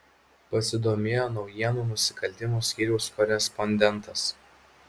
pasidomėjo naujienų nusikaltimų skyriaus korespondentas